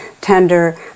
tender